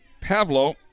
Pavlo